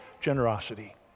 Generosity